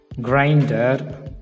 Grinder